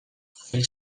jarri